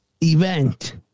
event